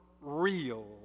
real